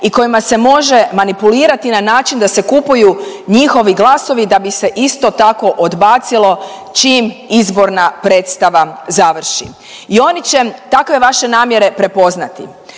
i kojima se može manipulirati na način da se kupuju njihovi glasovi da bi se isto tako odbacilo čim izborna predstava završi. I oni će takve vaše namjere prepoznati.